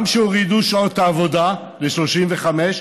גם הורידו את שעות העבודה ל-35,